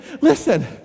listen